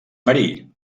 marí